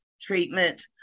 treatment